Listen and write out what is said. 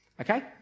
Okay